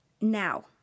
Now